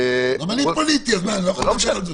גם אני פוליטי, אז אני לא יכול להיות מקצועי?